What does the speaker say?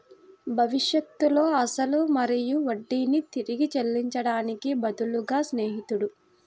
భవిష్యత్తులో అసలు మరియు వడ్డీని తిరిగి చెల్లించడానికి బదులుగా స్నేహితుడు